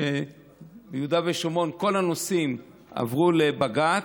ביהודה ושומרון כל הנושאים עברו לבג"ץ,